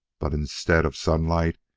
but, instead of sunlight,